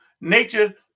nature